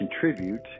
contribute